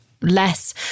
less